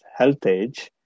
HealthAge